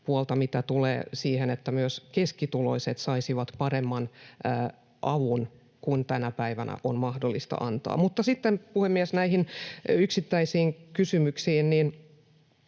mitä tulee siihen, että myös keskituloiset saisivat avun paremman kuin tänä päivänä on mahdollista antaa. Mutta sitten, puhemies, näihin yksittäisiin kysymyksiin.